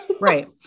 Right